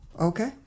Okay